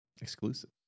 Exclusive